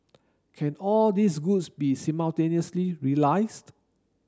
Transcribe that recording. can all these goods be simultaneously realised